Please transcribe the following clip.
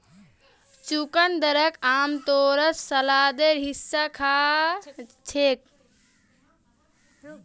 चुकंदरक आमतौरत सलादेर हिस्सा खा छेक